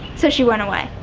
so she went away.